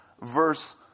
verse